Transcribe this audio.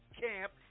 camp